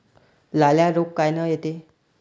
लाल्या रोग कायनं येते?